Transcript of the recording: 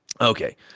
Okay